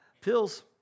Pills